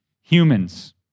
humans